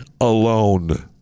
alone